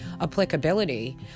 applicability